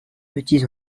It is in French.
petits